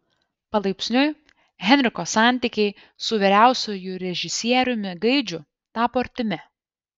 palaipsniui henriko santykiai su vyriausiuoju režisieriumi gaidžiu tapo artimi